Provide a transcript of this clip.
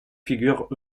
figurent